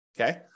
Okay